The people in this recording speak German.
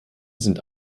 sind